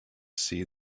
see